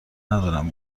ندارم